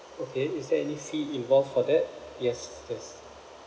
okay is there any fee involved for that yes yes